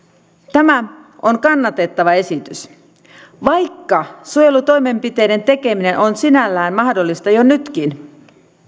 tämä on kannatettava esitys vaikka suojelutoimenpiteiden tekeminen on sinällään mahdollista jo nytkin